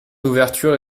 d’ouverture